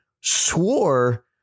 swore